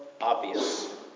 obvious